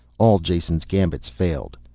all jason's gambits failed.